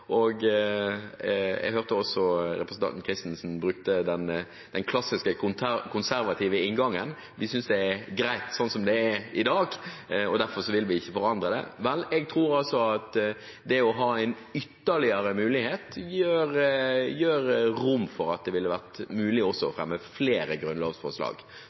og jeg hørte også representanten Jette Christensen bruke den klassiske konservative inngangen: Vi synes det er greit slik som det er i dag, derfor vil vi ikke forandre det. Jeg tror at det å ha en ytterligere mulighet gir rom for at det ville være mulig å fremme flere grunnlovsforslag.